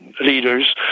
leaders